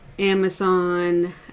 Amazon